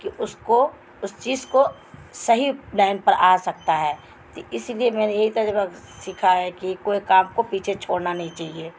کہ اس کو اس چیز کو صحیح لائن پر آ سکتا ہے تو اسی لیے میں نے یہی تجبہ سیکھا ہے کہ کوئی کام کو پیچھے چھوڑنا نہیں چاہیے